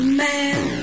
man